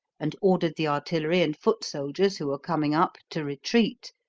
and ordered the artillery and foot-soldiers who were coming up to retreat,